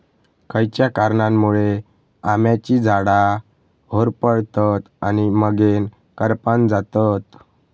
खयच्या कारणांमुळे आम्याची झाडा होरपळतत आणि मगेन करपान जातत?